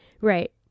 Right